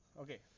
Okay